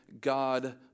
God